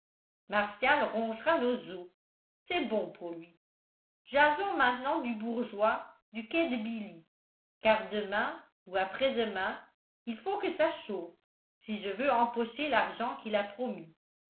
martial rongera nos os c'est bon pour lui jasons maintenant du bourgeois du quai de billy car demain ou après-demain il faut que ça chauffe si je veux empocher l'argent qu'il a promis